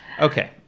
Okay